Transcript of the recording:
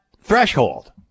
threshold